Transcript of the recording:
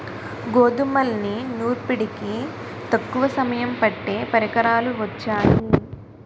గోధుమల్ని నూర్పిడికి తక్కువ సమయం పట్టే పరికరాలు వొచ్చాయి